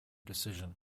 decision